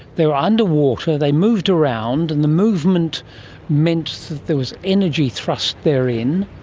they were under water, they moved around, and the movement meant that there was energy thrust therein,